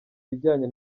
bijyanye